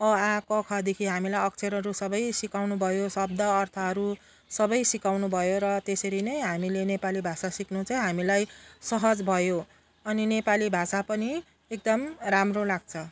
a आ क ख देखि हामीलाई अक्षरहरू सबै सिकाउनु भयो शब्द अर्थहरू सबै सिकाउनु भयो र त्यसरी नै हामीले नेपाली भाषा सिक्नु चाहिँ हामीलाई सहज भयो अनि नेपाली भाषा पनि एकदम राम्रो लाग्छ